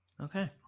Okay